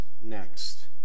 next